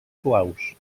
suaus